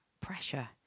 pressure